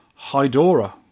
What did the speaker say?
Hydora